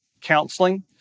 counseling